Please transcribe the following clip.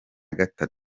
gatanu